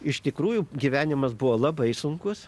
iš tikrųjų gyvenimas buvo labai sunkus